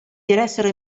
diressero